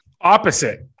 opposite